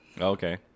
Okay